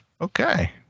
okay